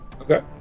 Okay